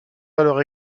alors